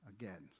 Again